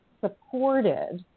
supported